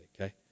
okay